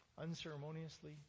unceremoniously